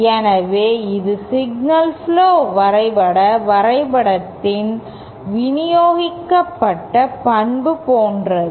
எனவே இது signal flow வரைபட வரைபடத்தின் விநியோகிக்கப்பட்ட பண்பு போன்றது